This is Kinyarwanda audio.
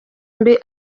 mbi